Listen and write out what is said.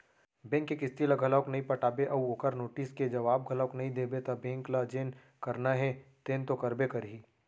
bank के किस्ती ल घलोक नइ पटाबे अउ ओखर नोटिस के जवाब घलोक नइ देबे त बेंक ल जेन करना हे तेन तो करबे करही